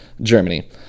Germany